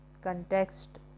context